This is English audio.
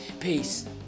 Peace